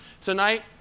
tonight